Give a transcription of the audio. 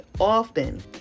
often